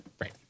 Right